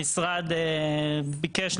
המשרד ביקש,